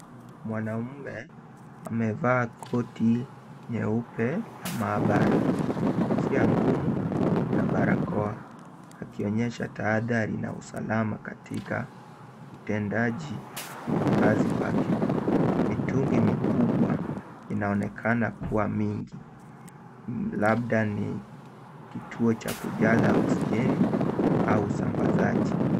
Mwanaume amevaa koti nyeupe ya maabara, kofia ngumu na barakoa, akionyesha tahadhari la usalama katika utendaji wa kazi wake. Mitungi mikubwa inaonekana kuwa mingi, labda ni kituo cha kujaza oksijeni au usambazaji.